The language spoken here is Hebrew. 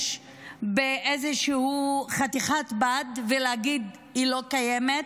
באיזושהי חתיכת בד ולהגיד שהיא לא קיימת?